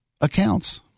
accounts